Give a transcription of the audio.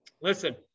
listen